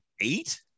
eight